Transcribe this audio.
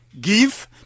give